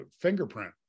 fingerprint